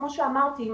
כמו שאמרתי,